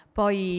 poi